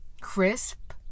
crisp